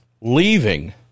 leaving